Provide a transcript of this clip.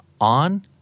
on